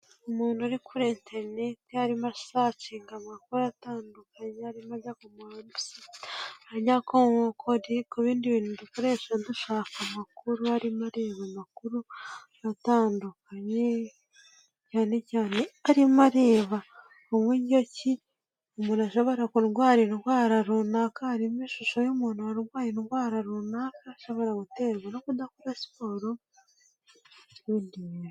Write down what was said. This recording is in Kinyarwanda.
Umuntu uri kuri interinete rimo asacinga amakuru atandukanye, arimo ajya ku ma website, ajya ku bindi bintu dukoresha dushaka amakuru, arimo areba amakuru atandukanye, cyane cyane arimo areba buryo ki umuntu ashobora kurwara indwara runaka, harimo ishusho y'umuntu warwaye indwara runaka ashobora guterwa no kudakora siporo.